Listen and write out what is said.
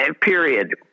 period